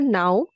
now